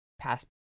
pass